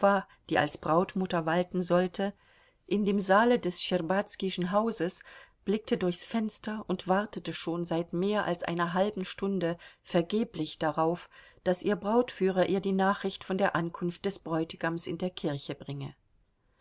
die als brautmutter walten sollte in dem saale des schtscherbazkischen hauses blickte durchs fenster und wartete schon seit mehr als einer halben stunde vergeblich darauf daß ihr brautführer ihr die nach richt von der ankunft des bräutigams in der kirche bringe